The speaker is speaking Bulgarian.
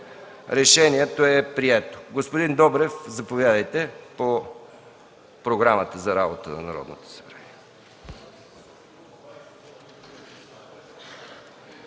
Решението е прието. Господин Добрев, заповядайте по Програмата за работата на Народното събрание.